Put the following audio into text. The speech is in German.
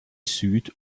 süd